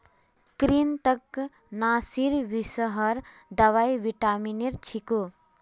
कृन्तकनाशीर विषहर दवाई विटामिनेर छिको